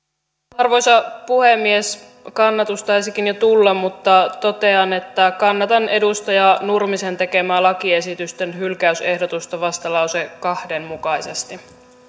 arvoisa puhemies kannatus taisikin jo tulla mutta totean että kannatan edustaja nurmisen tekemää lakiesitysten hylkäysehdotusta vastalause kahden mukaisesti